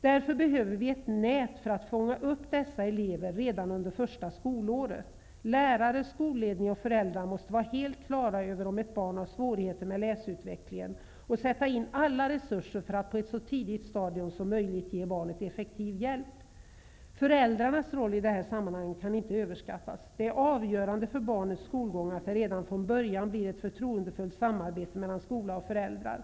Vi behöver ett nät för att kunna fånga upp dessa elever redan under det första skolåret. Lärare, skolledning och föräldrar måste vara helt klara över om ett barn har svårigheter med läsutvecklingen och sätta in alla resurser för att på ett så tidigt stadium som möjligt ge barnet effektiv hjälp. Föräldrarnas roll i det här sammanhanget kan inte överskattas. Det är avgörande för barnets skolgång att det redan från början finns ett förtroendefullt samarbete mellan skolan och föräldrarna.